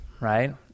right